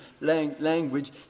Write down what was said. language